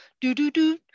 do-do-do